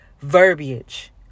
verbiage